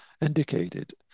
indicated